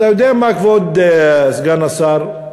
אתה יודע מה, כבוד סגן השר?